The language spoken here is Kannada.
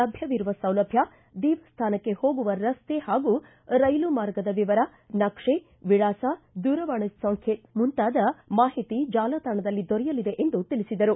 ಲಭ್ಯವಿರುವ ಸೌಲಭ್ಯ ದೇವಸ್ಥಾನಕ್ಕೆ ಹೋಗುವ ರಸ್ತೆ ಹಾಗೂ ರೈಲು ಮಾರ್ಗದ ವಿವರ ನಕ್ಷೆ ವಿಳಾಸ ದೂರವಾಣಿ ಸಂಖ್ಯೆ ಮುಂತಾದ ಮಾಹಿತಿ ಜಾಲತಾಣದಲ್ಲಿ ದೊರೆಯಲಿದೆ ಎಂದು ತಿಳಿಸಿದರು